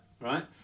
right